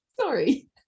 Sorry